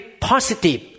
positive